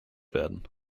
werden